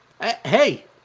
Hey